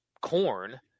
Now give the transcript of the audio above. corn